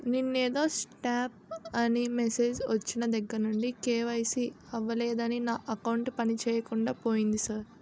నిన్నేదో స్టాప్ అని మెసేజ్ ఒచ్చిన దగ్గరనుండి కే.వై.సి అవలేదని నా అకౌంట్ పనిచేయకుండా పోయింది సార్